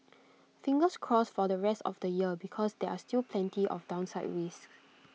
fingers crossed for the rest of the year because there are still plenty of downside risks